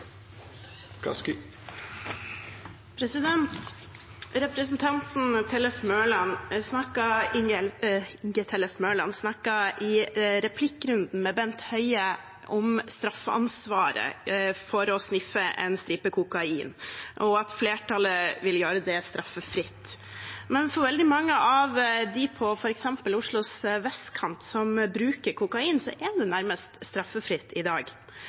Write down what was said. Representanten Tellef Inge Mørland snakket i replikkrunden med Bent Høie om straffansvaret for å sniffe en stripe kokain og at flertallet vil gjøre det straffritt. Men for veldig mange av dem på f.eks. Oslos vestkant som bruker kokain, er det nærmest straffritt i dag.